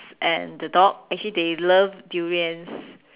and the dog actually they love durians